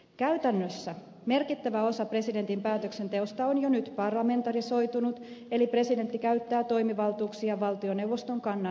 käytännössä merkittävä osa presidentin päätöksenteosta on jo nyt parlamentarisoitunut eli presidentti käyttää toimivaltuuksiaan valtioneuvoston kannan mukaisesti